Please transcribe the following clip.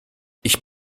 ich